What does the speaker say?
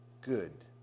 good